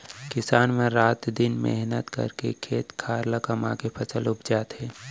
किसान मन रात दिन मेहनत करके खेत खार ल कमाके फसल उपजाथें